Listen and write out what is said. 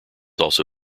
also